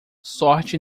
sorte